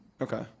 Okay